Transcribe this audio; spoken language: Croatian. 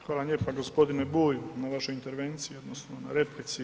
Hvala lijepo g. Bulj na vašoj intervenciji odnosno na replici.